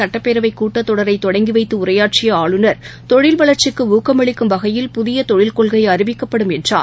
சட்டப்பேரவைகூட்டத்தொடரைதொடங்கிவைத்துஉரையாற்றியஆளுநர் தொழில் இந்தஆண்டின் முதல் வளர்ச்சிக்குஊக்கமளிக்கும் வகையில் புதியதொழில் கொள்கைஅறிவிக்கப்படும் என்றார்